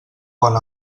pon